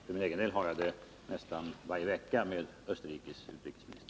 För egen del har jag det nästan varje vecka med Österrikes utrikesminister.